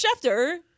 Schefter